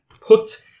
put